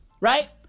right